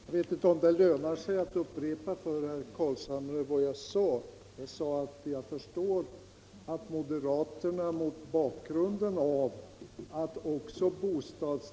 Herr talman! Jag vet inte om det lönar sig att upprepa för herr Carlshamre vad jag sade, men om jag gör det med andra ord kanske det går lättare att begripa.